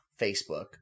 Facebook